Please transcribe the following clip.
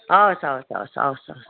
हवस् हवस् हवस् हवस्